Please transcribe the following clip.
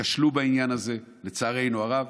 כשלו בעניין הזה, לצערנו הרב.